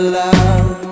love